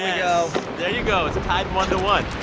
go there you go. it's tied one to one.